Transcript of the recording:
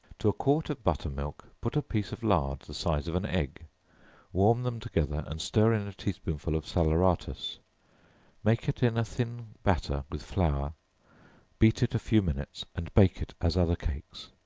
to a quart of butter-milk, put a piece of lard, the size of an egg warm them together, and stir in a tea-spoonful of salaeratus make it in a thin batter with flour beat it a few minutes, and bake it as other cakes.